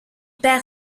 perd